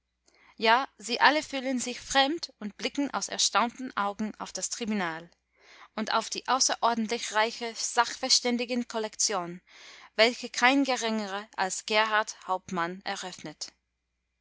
ja sie alle fühlen sich fremd und blicken aus erstaunten augen auf das tribunal und auf die außerordentlich reiche sachverständigenkollektion welche kein geringerer als gerhart hauptmann eröffnet